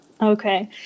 Okay